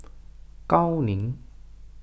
Gao Ning